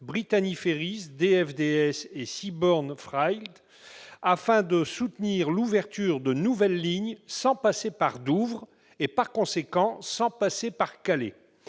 Brittany Ferries, DFDS et Seaborne Freight, afin de soutenir l'ouverture de nouvelles lignes sans passer par Douvres et, par conséquent, sans passer par Calais.